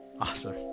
Awesome